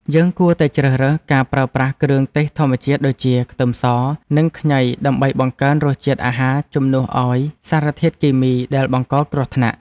យើងគួរតែជ្រើសរើសការប្រើប្រាស់គ្រឿងទេសធម្មជាតិដូចជាខ្ទឹមស និងខ្ញីដើម្បីបង្កើនរសជាតិអាហារជំនួសឲ្យសារធាតុគីមីដែលបង្កគ្រោះថ្នាក់។